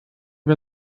wir